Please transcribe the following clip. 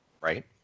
Right